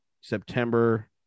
September